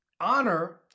Honor